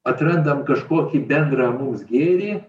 atrandam kažkokį bendrą mums gėrį